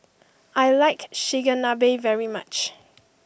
I like Chigenabe very much